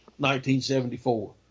1974